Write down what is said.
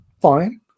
Fine